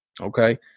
Okay